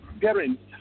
parents